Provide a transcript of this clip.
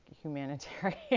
humanitarian